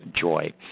joy